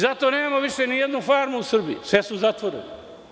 Zato nemamo više ni jednu farmu u Srbiji, sve su zatvorene.